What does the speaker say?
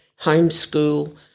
homeschool